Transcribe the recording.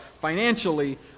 financially